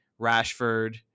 Rashford